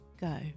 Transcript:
go